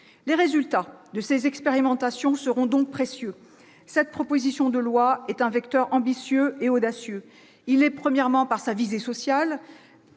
Les résultats de ces expérimentations seront donc précieux. Cette proposition de loi est un vecteur ambitieux et audacieux. Il l'est d'abord par sa visée sociale.